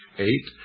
eight.